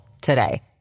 today